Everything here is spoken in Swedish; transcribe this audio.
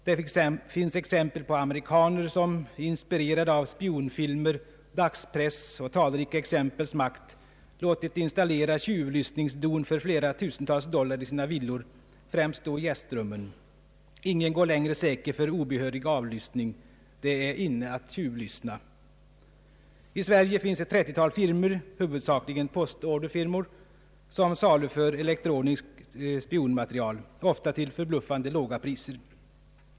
Det finns exempel på amerikaner som, inspirerade av spionfilmer, dagspress och talrika exempels makt, har låtit installera tjuvlyssningsdon för flera tusental dollar i sina villor, främst då i gästrummen! Ingen går längre sä ker för obehörig avlyssning. Det är inne att tjuvlyssna.” I Sverige finns ett 30-tal firmor, huvudsakligen postorderfirmor, som saluför elektroniskt spionmaterial, ofta till förbluffande låga priser.